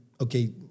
okay